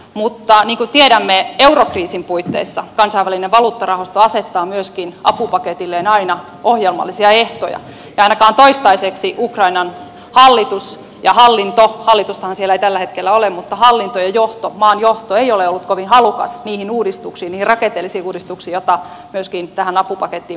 mutta niin kuin tiedämme eurokriisin puitteissa kansainvälinen valuuttarahasto asettaa myöskin apupaketilleen aina ohjelmallisia ehtoja ja ainakaan toistaiseksi ukrainan hallinto hallitustahan siellä ei tällä hetkellä ole ja maan johto eivät ole olleet kovin halukkaita niihin rakenteellisiin uudistuksiin joita myöskin tähän apupakettiin mahdollisesti sisältyisi